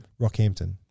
Rockhampton